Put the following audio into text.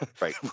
right